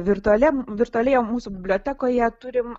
virtualiam virtualioje mūsų bibliotekoje turim